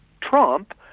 Trump